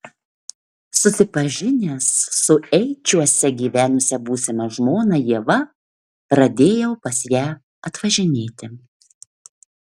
susipažinęs su eičiuose gyvenusia būsima žmona ieva pradėjau pas ją atvažinėti